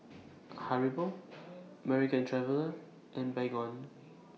Haribo American Traveller and Baygon